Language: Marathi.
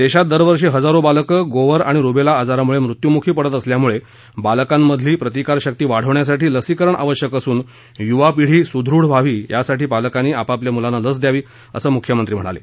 देशात दरवर्षी हजारो बालकं गोवर आणि रुबेला आजारामुळे मुत्यूमुखी पडत असल्यामुळे बालकांमधली प्रतिकार शक्ती वाढविण्यासाठी लसीकरण आवश्यक असून युवा पिढी सुदृढ व्हावी यासाठी पालकांनी आपापल्या मुलांना लस द्यावी मुख्यमंत्री म्हणाले